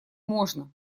можно